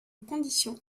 condition